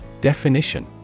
Definition